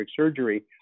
surgery